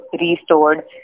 restored